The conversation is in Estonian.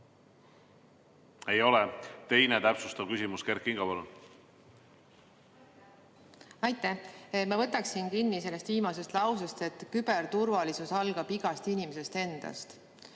Ei ole. Teine täpsustav küsimus. Kert Kingo, palun! Aitäh! Ma võtan kinni sellest viimasest lausest, et küberturvalisus algab igast inimesest endast.